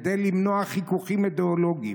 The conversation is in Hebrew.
כדי למנוע חיכוכים אידיאולוגיים,